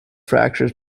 fractures